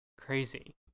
crazy